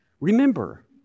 Remember